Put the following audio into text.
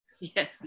Yes